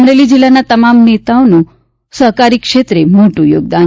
અમરેલી જિલ્લાના તમામ નેતઓનું સહકારિતા ક્ષેત્રે મોટું યોગદાન છે